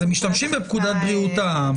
משתמשים בפקודת העם,